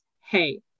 hey